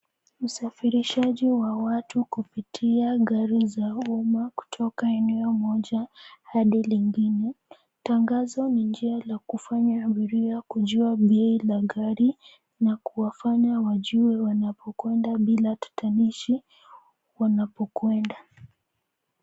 Usafirishaji wa watu kupitia gari za umma kutoka eneo moja hadi lingine. Tangazo ni njia la kufanya abiria kujua bei la gari na kuwafanya wajue wanapokwenda bila tatanishi wanapokwenda.